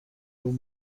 اون